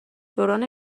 دوران